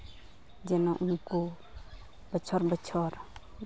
ᱡᱮᱱᱚ ᱩᱱᱠᱩ ᱵᱚᱪᱷᱚᱨ ᱵᱚᱪᱷᱚᱨ